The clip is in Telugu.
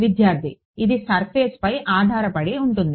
విద్యార్థి ఇది సర్ఫేస్పై ఆధారపడి ఉంటుంది